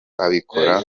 abikora